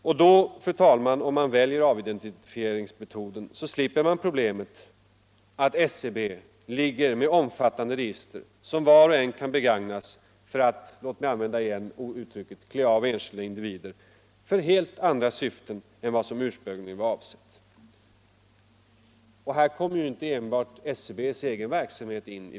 Om man, fru talman, väljer avidentifieringsmetoden slipper man problemet att SCB ligger inne med omfattande register, som vart och ett kan begagnas för att — låt mig än en gång använda uttrycket — klä av enskilda individer för helt andra syften än vad som ursprungligen var avsett. I detta sammanhang kommer inte bara SCB:s verksamhet in.